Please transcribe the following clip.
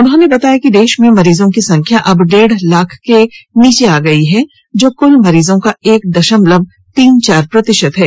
उन्होंने बताया कि देश में मरीजों की संख्या अब डेढ लाख से नीचे आ गई है जो कल मरीजों का एक दशमलव तीन चार प्रतिशत है